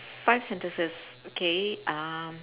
five sentences okay um